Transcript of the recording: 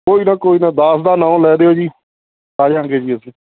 ਕੋਈ ਨਾ ਕੋਈ ਨਾ ਦਾਸ ਦਾ ਨਾਂ ਲੈ ਦਿਓ ਜੀ ਆ ਜਾਵਾਂਗੇ ਜੀ ਅਸੀਂ